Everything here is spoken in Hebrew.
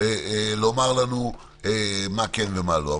לומר לנו מה כן ומה לא.